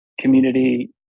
community